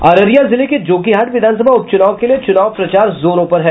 अररिया जिले के जोकीहाट विधानसभा उपचुनाव के लिए चुनाव प्रचार जोरों पर है